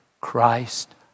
Christ